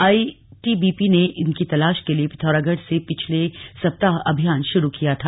ITBP ने इनकी तलाश के लिए पिथौरागढ़ से पिछले सप्ताीह अभियान शुरू किया था